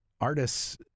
artists